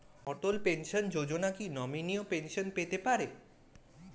অটল pension যোজনা কি নমনীয় পেনশন পেতে পারে?